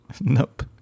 Nope